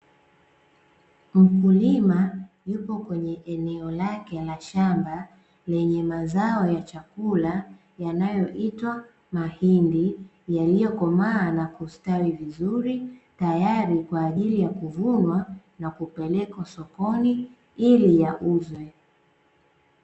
Mkulima yupo kwenye eneo lake la shamba lenye mazao ya chakula yanayoitwa mahindi, yaliyokomaa na kustawi vizuri, tayari kwa ajili ya kuvunwa na kupelekwa sokoni, ili yauzwe.